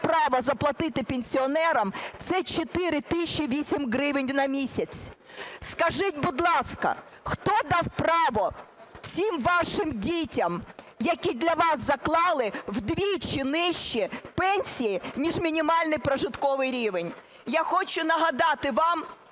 права заплатити пенсіонерам, - це 4 тисячі 8 гривень на місяць. Скажіть, будь ласка, хто дав право цим вашим дітям, які для вас заклали вдвічі нижчі пенсії, ніж мінімальний прожитковий рівень? Я хочу нагадати вам,